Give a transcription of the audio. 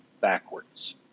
backwards